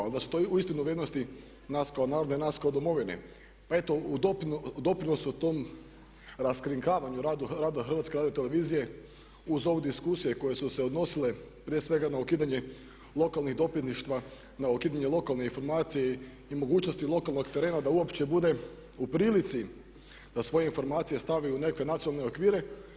A da su to uistinu vrijednosti nas kao naroda i nas kao Domovine, pa eto u doprinosu o tom raskrinkavanju, radu Hrvatske radiotelevizije uz ove diskusije koje su se odnosile prije svega na ukidanje lokalnih dopinštva, na ukidanje lokalne informacije i mogućnosti lokalnog terena da uopće bude u prilici da svoje informacije stavi u nekakve nacionalne okvire.